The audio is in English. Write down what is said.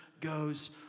goes